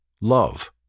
love